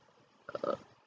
err